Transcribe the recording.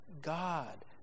God